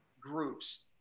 groups